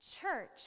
church